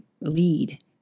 lead